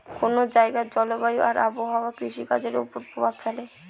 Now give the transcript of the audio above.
কোন জায়গার জলবায়ু আর আবহাওয়া কৃষিকাজের উপর প্রভাব ফেলে